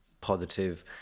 positive